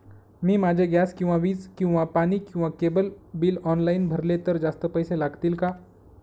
मी माझे गॅस किंवा वीज किंवा पाणी किंवा केबल बिल ऑनलाईन भरले तर जास्त पैसे लागतील का?